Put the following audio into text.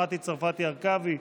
מטי צרפתי הרכבי,